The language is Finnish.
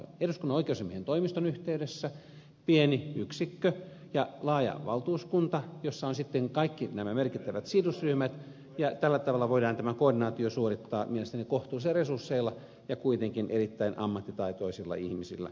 eduskunnan oikeusasiamiehen toimiston yhteydessä pieni yksikkö ja laaja valtuuskunta jossa ovat sitten kaikki nämä merkittävät sidosryhmät ja tällä tavalla voidaan tämä koordinaatio suorittaa mielestäni kohtuullisilla resursseilla ja kuitenkin erittäin ammattitaitoisilla ihmisillä